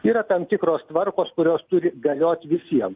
yra tam tikros tvarkos kurios turi galiot visiem